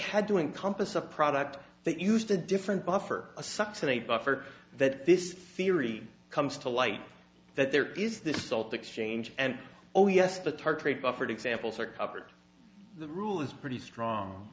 had doing compas a product that used a different buffer a subsidy buffer that this theory comes to light that there is this salt exchange and oh yes the tartrate buffered examples are covered the rule is pretty strong